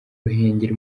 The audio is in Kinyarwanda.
ruhengeri